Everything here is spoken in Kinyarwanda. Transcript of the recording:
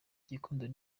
gikundiro